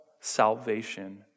salvation